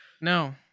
No